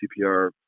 CPR